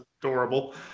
adorable